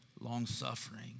long-suffering